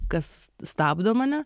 kas stabdo mane